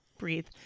Breathe